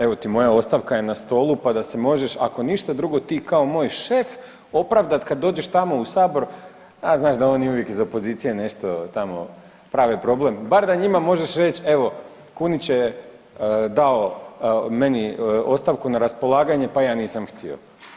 Evo ti moja ostavka je na stolu, pa da se možeš ako ništa drugo ti kao moj šef opravdati kad dođeš tamo u Sabor a znaš da oni iz opozicije uvijek nešto tamo prave problem, bar da njima možeš reći evo Kunić je dao meni ostavku na raspolaganje pa ja nisam htio.